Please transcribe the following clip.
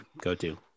go-to